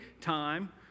time